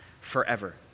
forever